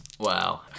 Wow